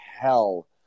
hell